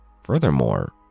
Furthermore